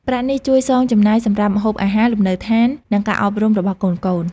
ប្រាក់នេះជួយសងចំណាយសម្រាប់ម្ហូបអាហារ លំនៅដ្ឋាន និងការអប់រំរបស់កូនៗ។